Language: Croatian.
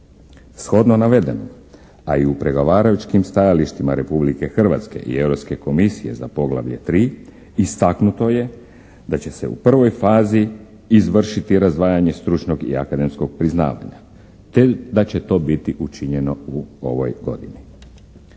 Shodno navedenom, a i u pregovaračkim stajalištima Republike Hrvatske i Europske komisije za poglavlje 3, istaknuto je da će se u prvoj fazi izvršiti razdvajanje stručnog i akademskog priznavanja, te da će to biti učinjeno u ovoj godini.